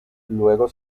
luego